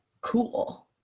cool